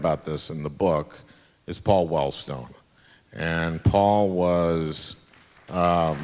about this in the book is paul wellstone and paul was